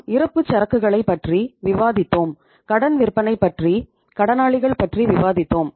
நாம் இருப்புச்சரக்குகளைப் பற்றி விவாதித்தோம் கடன் விற்பனை பற்றி கடனாளிகள் பற்றி விவாதித்தோம்